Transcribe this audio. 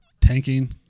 tanking